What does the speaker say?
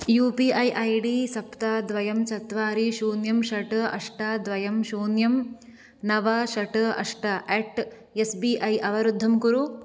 you P I I D सप्त द्वयम् चत्वारि शून्यम् षट् अष्ट द्वयम् शून्यम् नव षट् पञ्च अट् एस् बी ऐ अवरुद्धं कुरु